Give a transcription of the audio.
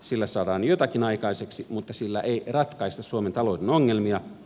sillä saadaan jotakin aikaiseksi mutta sillä ei ratkaista suomen talouden ongelmia